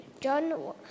John